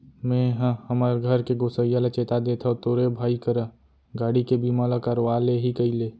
मेंहा हमर घर के गोसइया ल चेता देथव तोरे भाई करा गाड़ी के बीमा ल करवा ले ही कइले